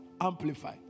Amplify